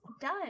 done